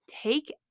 take